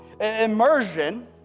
Immersion